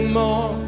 more